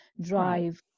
drive